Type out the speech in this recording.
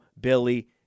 Billy